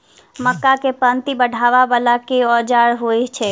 मक्का केँ पांति चढ़ाबा वला केँ औजार होइ छैय?